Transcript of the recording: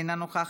אינה נוכחת,